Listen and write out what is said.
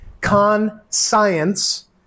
conscience